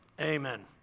Amen